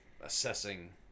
assessing